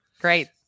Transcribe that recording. Great